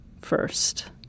first